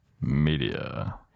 media